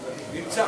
נמצא.